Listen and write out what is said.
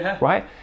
Right